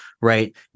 right